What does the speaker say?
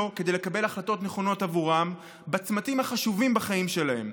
כדי לקבל החלטות נכונות עבורם בצמתים החשובים בחיים שלהם,